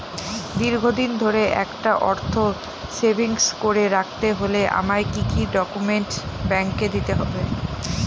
দীর্ঘদিন ধরে একটা অর্থ সেভিংস করে রাখতে হলে আমায় কি কি ডক্যুমেন্ট ব্যাংকে দিতে হবে?